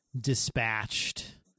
dispatched